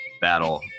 battle